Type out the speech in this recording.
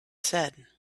said